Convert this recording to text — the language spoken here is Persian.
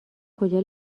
کجا